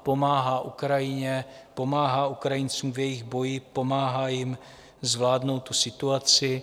Pomáhá Ukrajině, pomáhá Ukrajincům v jejich boji, pomáhá jim zvládnout situaci.